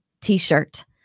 t-shirt